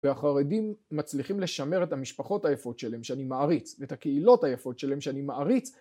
והחרדים מצליחים לשמר את המשפחות היפות שלהם שאני מעריץ ואת הקהילות היפות שלהם שאני מעריץ